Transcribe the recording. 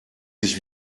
sich